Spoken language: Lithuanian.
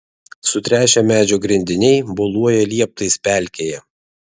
sutręšę medžio grindiniai boluoja lieptais pelkėje